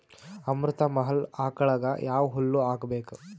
ಅಮೃತ ಮಹಲ್ ಆಕಳಗ ಯಾವ ಹುಲ್ಲು ಹಾಕಬೇಕು?